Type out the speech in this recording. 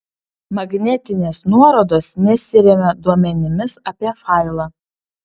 magnetinės nuorodos nesiremia duomenimis apie failą